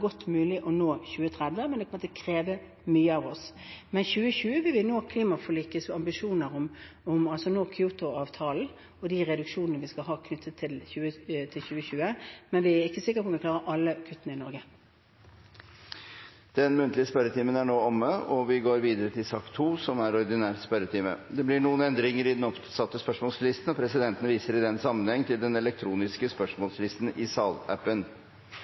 godt mulig å nå i 2030, men det kommer til å kreve mye av oss. I 2020 vil vi oppfylle klimaforlikets ambisjoner når det gjelder Kyoto-avtalen og de reduksjoner vi skal ha knyttet til 2020, men vi er ikke sikre på om vi klarer alle kuttene i Norge. Den muntlige spørretimen er nå omme. Det blir noen endringer i den oppsatte spørsmålslisten, og presidenten viser i den sammenheng til den elektroniske spørsmålslisten. De foreslåtte endringene i